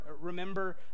Remember